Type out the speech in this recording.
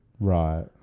Right